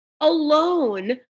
alone